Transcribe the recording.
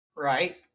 Right